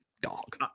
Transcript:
dog